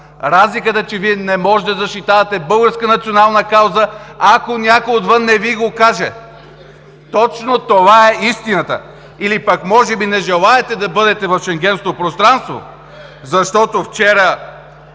Разликата е, че Вие не можете да защитавате българска национална кауза, ако някой отвън не Ви го каже! Точно това е истината или пък може би не желаете да бъдете в Шенгенското пространство?! Защото вчера,